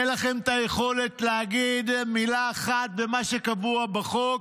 אין לכם את היכולת להגיד מילה אחת במה שקבוע בחוק,